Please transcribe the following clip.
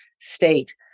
state